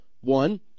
one